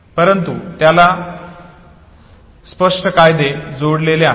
परंतु याला स्पष्ट फायदे जोडलेले आहेत